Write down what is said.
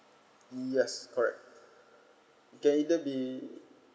yes correct okay either be